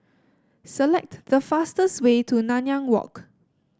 select the fastest way to Nanyang Walk